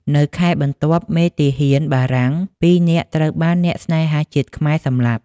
នៅខែបន្ទាប់ មេទាហានបារាំងពីរនាក់ត្រូវបានអ្នកស្នេហាជាតិខ្មែរសម្លាប់។